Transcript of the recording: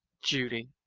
judy